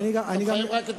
אתה מחייב רק את מדינת ישראל.